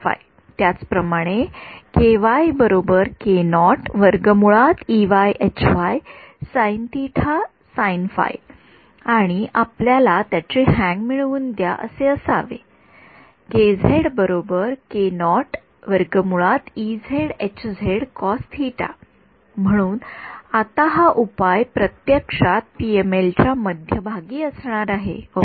त्याचप्रमाणे आता आपल्याला त्याची हँग मिळवून द्या हे असे असावे म्हणून आता हा उपाय प्रत्यक्षात पीएमएल च्या मध्यभागी असणार आहे ओके